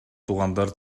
туугандары